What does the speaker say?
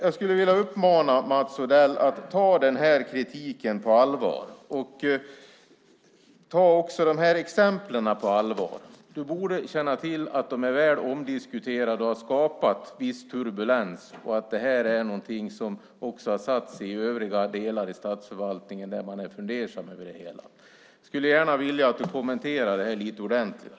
Jag skulle vilja uppmana Mats Odell att ta den här kritiken på allvar. Ta också de här exemplen på allvar! Du borde känna till att de är väl omdiskuterade och har skapat viss turbulens och att det här är någonting som också har satt sig i övriga delar av statsförvaltningen, där man är fundersam över det hela. Jag skulle gärna vilja att du kommenterade det här lite ordentligare.